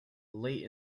late